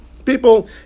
people